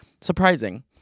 Surprising